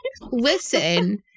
listen